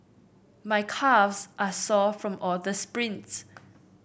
my calves are sore from all the sprints